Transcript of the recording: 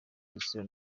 rutsiro